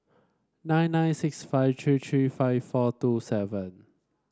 nine nine six five three three five four two seven